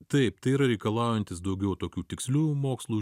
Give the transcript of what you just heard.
taip tai yra reikalaujantis daugiau tokių tiksliųjų mokslų